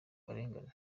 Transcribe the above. karengane